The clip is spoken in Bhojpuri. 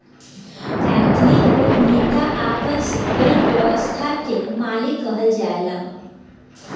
एथनिक उद्यमिता अपना से कईल व्यवसाय के मालिक के कहल जाला